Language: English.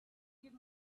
give